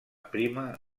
prima